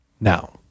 now